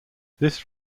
this